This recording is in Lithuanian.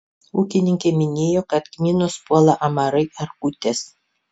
ūkininkė minėjo kad kmynus puola amarai erkutės